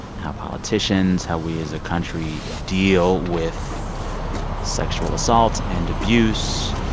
how politicians, how we as a country deal with sexual assault and abuse.